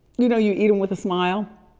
you know you eat em with a smile,